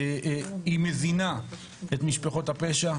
היא מזינה את משפחות הפשע,